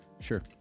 Sure